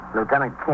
Lieutenant